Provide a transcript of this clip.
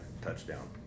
Touchdown